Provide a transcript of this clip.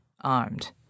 armed